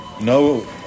no